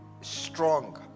strong